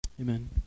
Amen